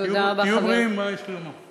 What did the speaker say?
תהיו בריאים, מה יש לי לומר?